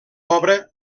obra